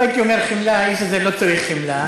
לא הייתי אומר חמלה, האיש הזה לא צריך חמלה,